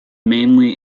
mainly